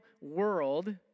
world